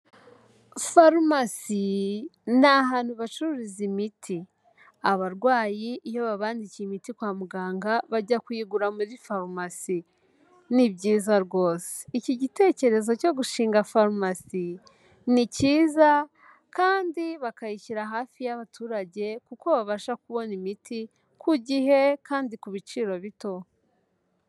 Farumasi ni ahantu bacururiza imiti. Abarwayi iyo babandikiye imiti kwa muganga, bajya kuyigura muri farumasi. Ni byiza rwose! Iki gitekerezo cyo gushinga farumasi ni cyiza, kandi bakayishyira hafi y'abaturage kuko babasha kubona imiti ku gihe, kandi ku biciro bito.